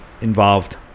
involved